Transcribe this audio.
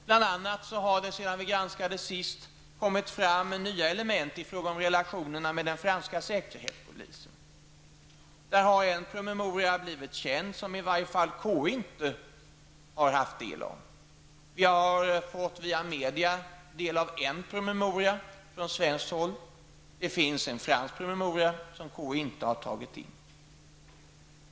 Bl.a. har nya element tillkommit i fråga om relationerna med den franska säkerhetspolisen. Vi har fått via media del av en promemoria från svenskt håll, och det fanns en fransk promemoria som KU inte har haft del av.